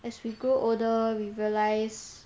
as we grow older we realise